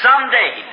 someday